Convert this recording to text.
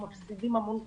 אנחנו מפסידים המון כסף.